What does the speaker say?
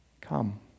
come